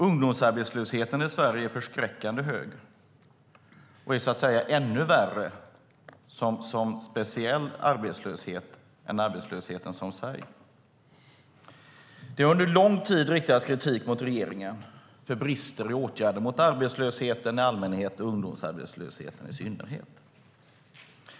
Ungdomsarbetslösheten i Sverige är förskräckande hög och så att säga värre som speciell arbetslöshet än arbetslösheten i sig. Det har under lång tid riktats kritik mot regeringen för brister i åtgärder mot arbetslösheten i allmänhet och ungdomsarbetslösheten i synnerhet.